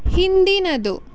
ಹಿಂದಿನದು